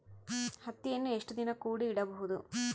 ಹತ್ತಿಯನ್ನು ಎಷ್ಟು ದಿನ ಕೂಡಿ ಇಡಬಹುದು?